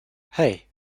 hey